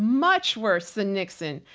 much worse than nixon.